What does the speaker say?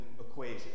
equation